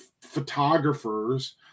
photographers